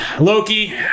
Loki